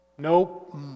Nope